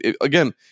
again